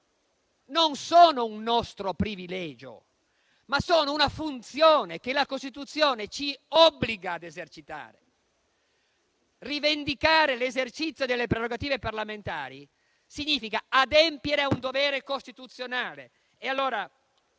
non sono un nostro privilegio, ma una funzione che la Costituzione ci obbliga ad esercitare. Rivendicare l'esercizio delle prerogative parlamentari significa adempiere a un dovere costituzionale.